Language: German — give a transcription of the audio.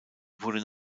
wurde